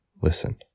Listen